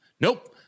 Nope